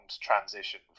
transition